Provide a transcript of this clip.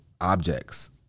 objects